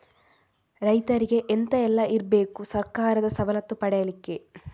ರೈತರಿಗೆ ಎಂತ ಎಲ್ಲ ಇರ್ಬೇಕು ಸರ್ಕಾರದ ಸವಲತ್ತು ಪಡೆಯಲಿಕ್ಕೆ?